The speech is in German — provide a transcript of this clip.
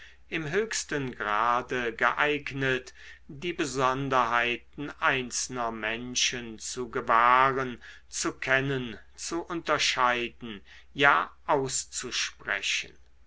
im höchsten grade geeignet die besonderheiten einzelner menschen zu gewahren zu kennen zu unterscheiden ja auszusprechen